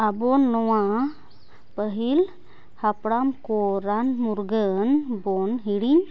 ᱟᱵᱚ ᱱᱚᱣᱟ ᱯᱟᱹᱦᱤᱞ ᱦᱟᱯᱲᱟᱢᱠᱚ ᱨᱟᱱᱼᱢᱩᱨᱜᱟᱹᱱ ᱵᱚᱱ ᱦᱤᱲᱤᱧ